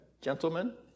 gentlemen